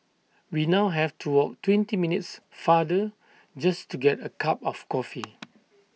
we now have to walk twenty minutes farther just to get A cup of coffee